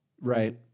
Right